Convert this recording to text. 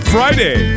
Friday